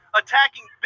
attacking